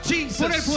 Jesus